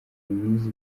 myiza